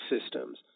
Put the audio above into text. systems